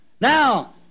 Now